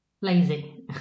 Lazy